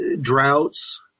droughts